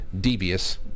Devious